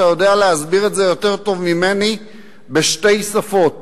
אתה יודע להסביר את זה יותר טוב ממני בשתי שפות